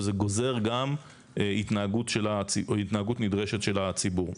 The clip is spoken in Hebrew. וזה גוזר גם התנהגות נדרשת של הציבור.